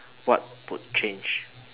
what would change